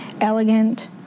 elegant